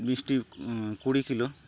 ᱢᱤᱥᱴᱤ ᱠᱩᱲᱤ ᱠᱤᱞᱳ